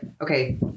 okay